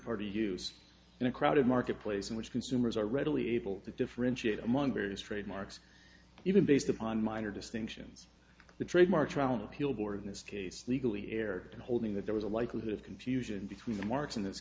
party use in a crowded marketplace in which consumers are readily able to differentiate among various trademarks even based upon minor distinctions the trademark trial and appeal board in this case legally erred in holding that there was a likelihood of confusion between the marks in this